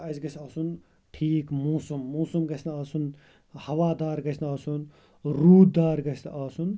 اسہِ گَژھِ آسُن ٹھیٖک موسم موسم گَژھِنہٕ آسُن ہَوادار گَژھَنہٕ آسُن روٗد دار گَژھِنہٕ آسُن